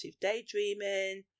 daydreaming